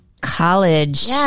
college